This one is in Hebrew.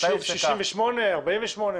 מתי הופסקה --- 68', 48'?